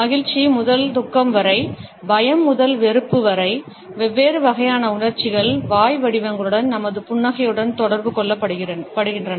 மகிழ்ச்சி முதல் துக்கம் வரை பயம் முதல் வெறுப்பு வரை வெவ்வேறு வகையான உணர்ச்சிகள் வாய் வடிவங்களுடனும் நமது புன்னகையுடனும் தொடர்பு கொள்ளப்படுகின்றன